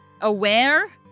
aware